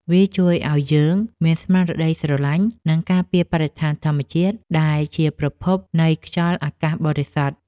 វាជួយឱ្យយើងមានស្មារតីស្រឡាញ់ និងការពារបរិស្ថានធម្មជាតិដែលជាប្រភពនៃខ្យល់អាកាសបរិសុទ្ធ។